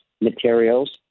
materials